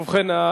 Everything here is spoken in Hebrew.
ובכן,